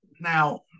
now